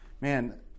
man